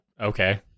Okay